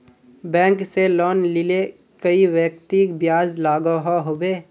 Bank से loan लिले कई व्यक्ति ब्याज लागोहो होबे?